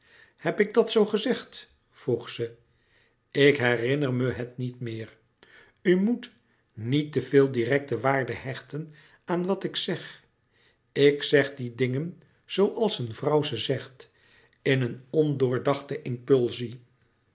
heb ik dat zoo gezegd vroeg ze ik herinner me het niet meer u moet niet te veel directe waarde hechten aan wat ik zeg ik zeg die dingen zooals een vrouw ze zegt louis couperus metamorfoze in een ondoordachte impulsie